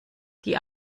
die